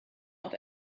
auf